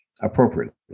appropriately